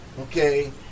okay